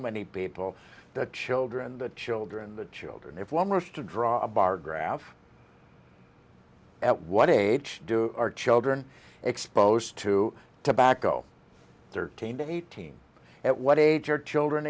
many people the children the children the children if one wants to draw a bar graph at what age do our children exposed to tobacco thirteen to eighteen at what age are children